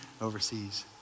overseas